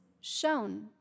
shown